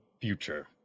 future